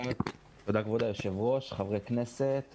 תודה כבוד היושב ראש, חברי הכנסת.